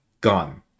gone